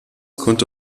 konnte